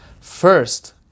First